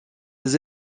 les